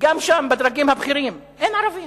גם שם בדרגים הבכירים אין ערבים.